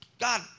God